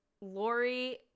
Lori